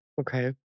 Okay